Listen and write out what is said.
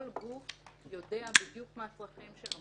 כל גוף יודע בדיוק מה הצרכים שלו,